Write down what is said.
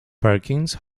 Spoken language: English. perkins